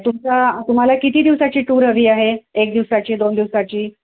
तुमचा तुम्हाला किती दिवसाची टूर हवी आहे एक दिवसाची दोन दिवसाची